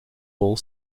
bol